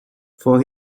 for